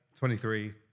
23